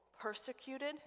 persecuted